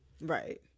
Right